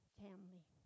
family